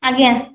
ଆଜ୍ଞା